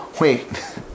Wait